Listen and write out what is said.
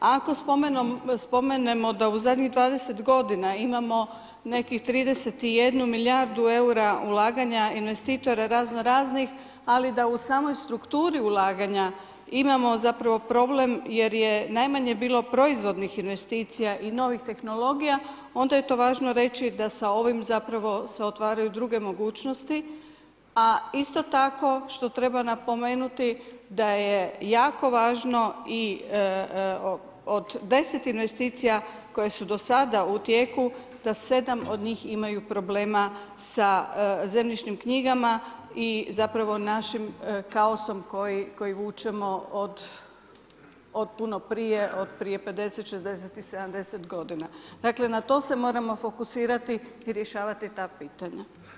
A ako spomenemo da u zadnjih 20 g. imamo nekih 31 milijardu eura ulaganja investitora, razno raznih, ali da u samoj strukturi ulaganja imamo zapravo problem jer je najmanje bilo proizvodnih investicija i novih tehnologija, onda je to važno reći da sa ovim zapravo se otvaraju druge mogućnosti, a isto tako, što treba napomenuti da je jako važno i od 10 investicija, koje su do sada u tijeku da 7 od njih imaju problema sa zemljišnim knjigama i zapravo našim kaosom kojeg vučemo od puno prije, od prije 50, 60, 70 g. Dakle, na to se moramo fokusirati i rješavati ta pitanja.